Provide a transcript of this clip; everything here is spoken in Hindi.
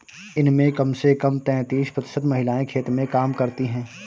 इसमें कम से कम तैंतीस प्रतिशत महिलाएं खेत में काम करती हैं